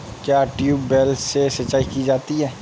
क्या ट्यूबवेल से सिंचाई की जाती है?